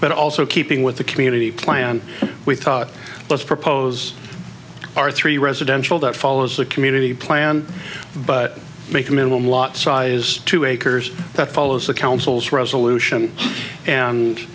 but also keeping with the community plan we thought let's propose our three residential that follows the community plan but make a minimum lot size two acres that follows the council's resolution and